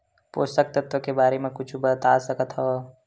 पोषक तत्व के बारे मा कुछु बता सकत हवय?